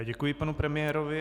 Děkuji panu premiérovi.